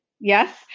yes